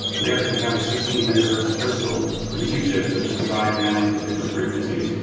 we actually have a sixteen megahertz crystal and two chips that just divide down to different frequencies.